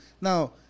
Now